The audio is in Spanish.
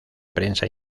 prensa